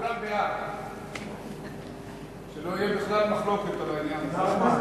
ההצעה להעביר את הצעת חוק איסור הפליה במוצרים,